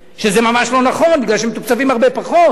וזה ממש לא נכון, הם מתוקצבים הרבה פחות.